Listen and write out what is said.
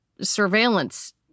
surveillance